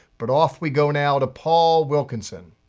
but off we go now to paul wilkinson.